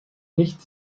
nicht